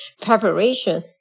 preparation